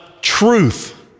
truth